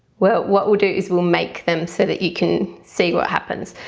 well what we'll do is we'll make them so that you can see what happens.